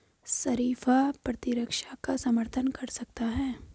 शरीफा प्रतिरक्षा का समर्थन कर सकता है